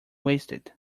wasted